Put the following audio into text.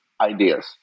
ideas